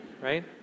Right